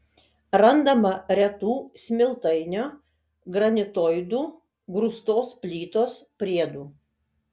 randama retų smiltainio granitoidų grūstos plytos priedų